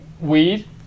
weed